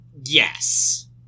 yes